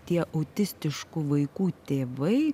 tie autistiškų vaikų tėvai